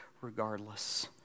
regardless